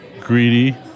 greedy